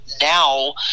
now